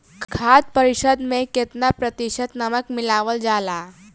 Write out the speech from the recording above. खाद्य परिक्षण में केतना प्रतिशत नमक मिलावल जाला?